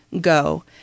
go